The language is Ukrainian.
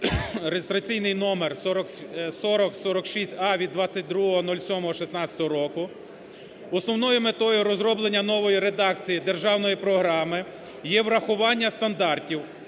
(реєстраційний номер 4046а, від 22.07.16 року). Основною метою розроблення нової редакції державної програми є врахування стандартів